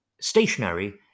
stationary